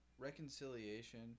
Reconciliation